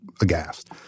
aghast